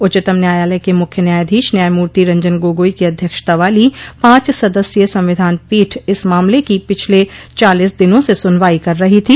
उच्चतम न्यायालय के मुख्य न्यायाधीश न्यायमूर्ति रंजन गोगोई की अध्यक्षता वाली पांच सदस्यीय संविधान पीठ इस मामले की पिछले चालीस दिनों से सुनवाई कर रही थी